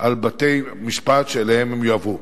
על בתי-משפט שאליהם הן יועברו.